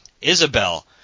Isabel